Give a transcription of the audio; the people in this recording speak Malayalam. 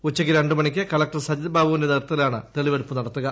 ഉച്ചക്ക് ശ്രണ്ട് മണിക്ക് കളക്ടർ സജിത് ബാബുവിന്റെ നേതൃത്യത്തിലാണ് തെളിവെടുപ്പ് നടത്തുക